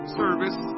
service